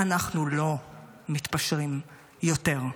אנחנו לא מתפשרים יותר.